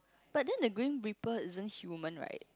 but then the grim reaper isn't human right